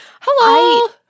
Hello